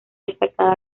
destacada